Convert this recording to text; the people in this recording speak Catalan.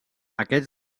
aquests